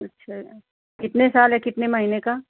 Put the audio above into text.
अच्छा कितने साल या कितने महीने का